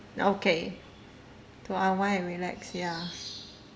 okay to unwind and relax ya